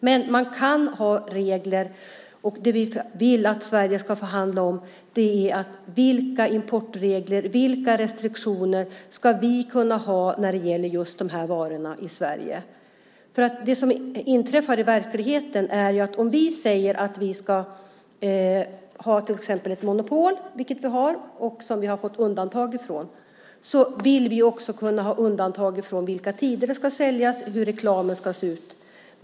Men man kan ha regler, och det vi vill att Sverige ska förhandla om är vilka importregler och vilka restriktioner vi ska kunna ha när det gäller just de här varorna i Sverige. Om vi säger att vi ska ha till exempel ett monopol, vilket vi har och som vi har fått undantag för, vill vi också ha undantag när det gäller vilka tider alkohol ska säljas och hur reklamen ska se ut.